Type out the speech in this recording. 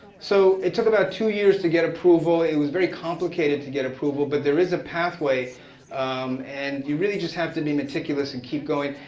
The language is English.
so, it took about two years to get approval. it was very complicated to get approval, but there is a pathway and you really just have to be meticulous and keep going.